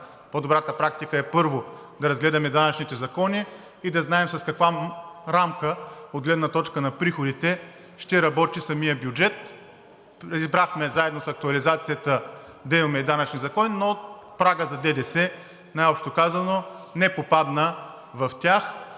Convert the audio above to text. По-добрата практика е първо да разгледаме данъчните закони и да знаем с каква рамка от гледна точка на приходите ще работи самият бюджет. Избрахме заедно с актуализацията да имаме и данъчни закони, но прагът за ДДС, най-общо казано, не попадна в тях,